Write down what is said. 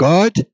God